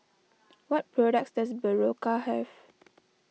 what products does Berocca have